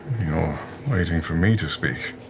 you know waiting for me to speak.